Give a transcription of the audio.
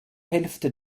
hälfte